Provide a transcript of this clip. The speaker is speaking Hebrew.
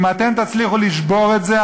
אם אתם תצליחו לשבור את זה,